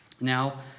Now